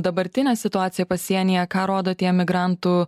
dabartinę situaciją pasienyje ką rodo tie migrantų